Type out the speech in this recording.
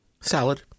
Salad